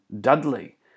Dudley